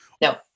No